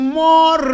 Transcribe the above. more